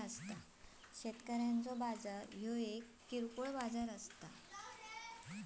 शेतकऱ्यांचो बाजार एक भौतिक किरकोळ बाजार असा